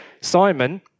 Simon